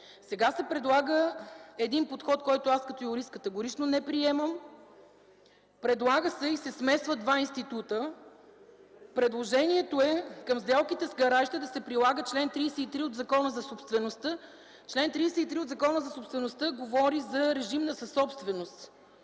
Сега се предлага подход, който аз като юрист категорично не приемам. Предлага се и се смесват два института. Предложението е към сделките с гаражите да се прилага чл. 33 от Закона за собствеността. Член 33 от Закона за собствеността говори за режим на съсобственост.